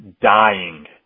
dying